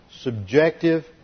subjective